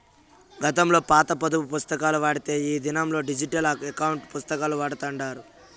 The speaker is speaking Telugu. గతంలో పాత పద్దు పుస్తకాలు వాడితే ఈ దినంలా డిజిటల్ ఎకౌంటు పుస్తకాలు వాడతాండారు